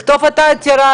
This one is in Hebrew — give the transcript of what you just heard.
לכתוב את העתירה,